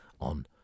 on